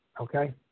okay